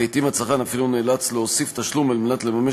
לעתים הצרכן אפילו נאלץ להוסיף תשלום על מנת לממש